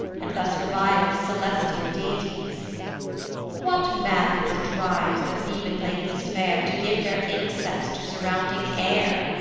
and thus reviles celestial deities what madness drives the theban ladies fair to give their incense to surrounding air?